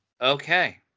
Okay